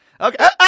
okay